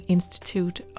Institute